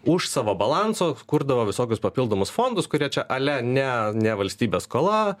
už savo balanso kurdavo visokius papildomus fondus kurie čia ale ne ne valstybės skola